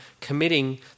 committing